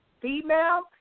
Female